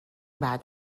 بعد